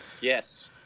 yes